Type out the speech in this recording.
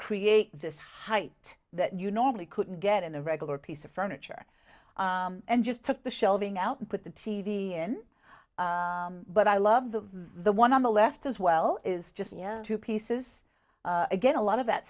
create this height that you normally couldn't get in a regular piece of furniture and just took the shelving out and put the t v in but i love the the one on the left as well is just two pieces again a lot of that